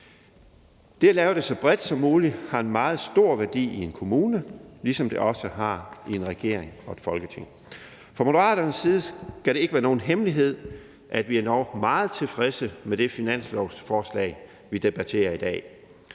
Det at lave det så bredt som muligt har en meget stor værdi i en kommune, ligesom det også har i en regering og et Folketing. Fra Moderaternes side skal det ikke være nogen hemmelighed, at vi er endog meget tilfredse med det finanslovsforslag, vi debatterer i dag.